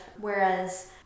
whereas